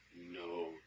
No